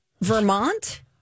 Vermont